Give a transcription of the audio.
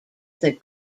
that